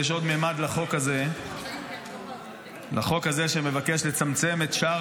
יש עוד ממד לחוק הזה שמבקש לצמצם את שער